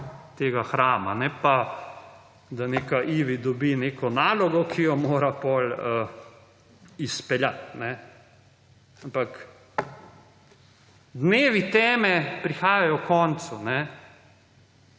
tega hrama, ne pa, da neka Ivi dobi neko nalogo, ki jo mora potem izpeljat. Ampak dnevi teme prihajajo h koncu.